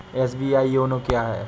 SBI YONO क्या है?